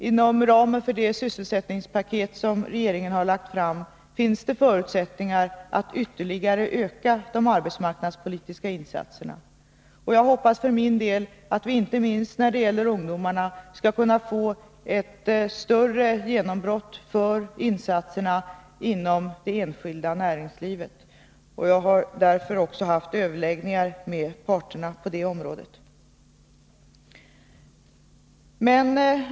Inom ramen för det sysselsättningspaket som regeringen har lagt fram finns det förutsättningar för att ytterligare öka de arbetsmarknadspolitiska insatserna. Jag hoppas för min del att vi, inte minst när det gäller ungdomarna, skall kunna få ett större genombrott för insatserna inom det enskilda näringslivet. Jag har därför haft överläggningar även med parterna på det området.